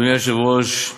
אדוני היושב-ראש,